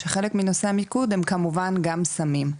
שחלק מנושא המיקוד הם כמובן גם סמים,